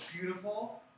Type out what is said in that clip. beautiful